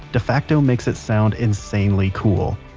defacto makes it sound insanely cool.